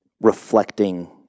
reflecting